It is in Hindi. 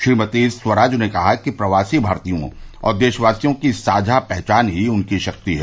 श्रीमती स्वराज ने कहा कि प्रवासी भारतीयों और देशवासियों की साझा पहचान ही उनकी शक्ति है